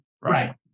right